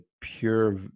pure